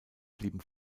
blieben